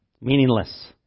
Meaningless